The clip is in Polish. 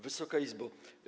Wysoka Izbo!